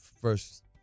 first